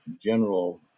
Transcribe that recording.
general